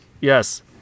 Yes